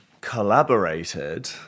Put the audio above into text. collaborated